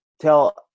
tell